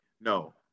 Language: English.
No